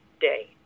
day